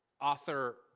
Author